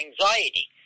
anxiety